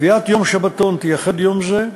קביעת יום שבתון תייחד יום זה,